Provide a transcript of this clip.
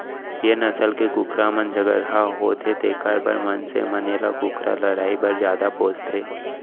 ए नसल के कुकरा मन झगरहा होथे तेकर बर मनसे मन एला कुकरा लड़ई बर जादा पोसथें